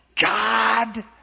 God